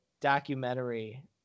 documentary